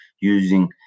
using